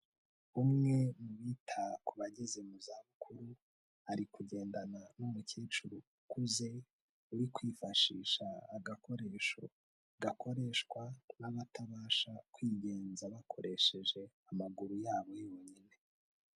Umwe mu bita ku bageze mu zabukuru, ari kugendana n'umukecuru ukuze, uri kwifashisha agakoresho gakoreshwa n'abatabasha kwigenza bakoresheje amaguru yabo yonyine.